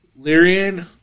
Lyrian